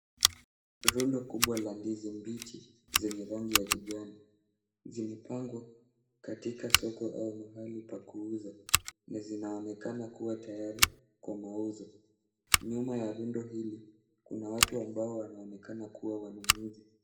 Rundo kubwa lenye ndizi mbichi zenye rangi ya kijani , zimepangwa katika soko au pahali pa kuuza na zinaonekana kuwa tayari kwa mauzo. Nyuma ya rundo hili, kuna watu ambao wanaonekana kuwa wanunuzi.